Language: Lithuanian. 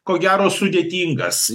ko gero sudėtingas